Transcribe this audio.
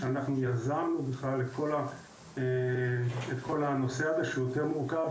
שאנחנו בכלל יזמנו את כל הנושא הזה - שהוא יותר מורכב,